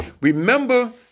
Remember